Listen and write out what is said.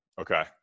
Okay